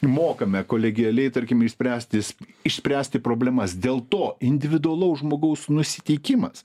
mokame kolegialiai tarkim išspręstis išspręsti problemas dėl to individualaus žmogaus nusiteikimas